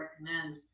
recommend